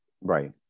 Right